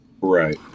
Right